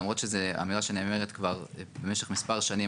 ולמרות שזאת אמירה שנאמרת כבר במשך מספר שנים,